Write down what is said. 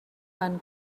van